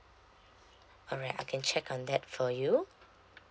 alright I can check on that for you